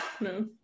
No